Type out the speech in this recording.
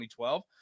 2012